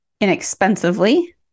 inexpensively